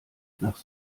nach